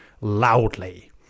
loudly